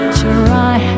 try